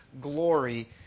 glory